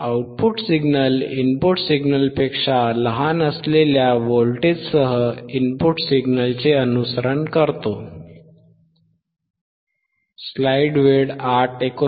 output signal input सिग्नलपेक्षा लहान असलेल्या व्होल्टेजसह इनपुट सिग्नलचे अनुसरण करतो